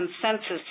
consensus